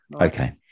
Okay